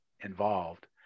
involved